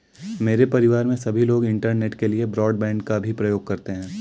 मेरे परिवार में सभी लोग इंटरनेट के लिए ब्रॉडबैंड का भी प्रयोग करते हैं